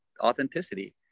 authenticity